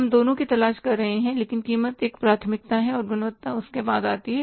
हम दोनों की तलाश कर रहे हैं लेकिन कीमत एक प्राथमिकता है और गुणवत्ता उसके बाद आती है